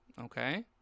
Okay